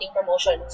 promotions